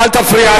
תפריע.